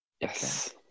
Yes